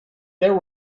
there